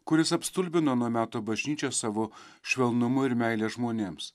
kuris apstulbino ano meto bažnyčią savo švelnumu ir meile žmonėms